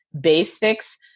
basics